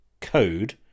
code